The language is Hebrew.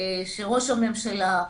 שראש הממשלה,